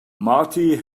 marty